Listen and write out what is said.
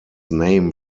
name